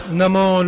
namo